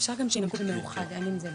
אפשר גם שינמקו במאוחד, אין עם זה בעיה.